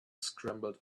scrambled